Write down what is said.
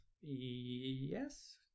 Yes